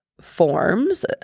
forms